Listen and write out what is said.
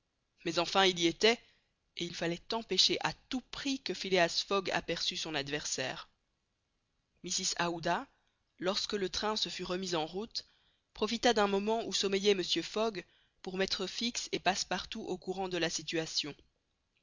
mais enfin il y était et il fallait empêcher à tout prix que phileas fogg aperçut son adversaire mrs aouda lorsque le train se fut remis en route profita d'un moment où sommeillait mr fogg pour mettre fix et passepartout au courant de la situation